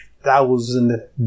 thousand